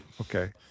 Okay